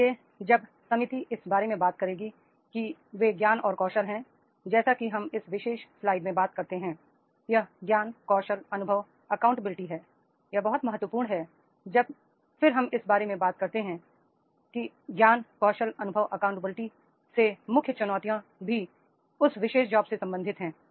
इसलिए जब समिति इस बारे में बात करेगी कि ये ज्ञान और कौशल है जैसा कि हम इस विशेष स्लाइड में बात करते हैं यह ज्ञान कौशल अनुभव अकाउंट बिलिटी है यह बहुत महत्वपूर्ण है जब फिर हम इस बारे में बात करते हैं की ज्ञान कौशल अनुभव अकाउंट बिलिटी से मुख्य चुनौतियां भी उस विशेष जॉब से संबंधित हैं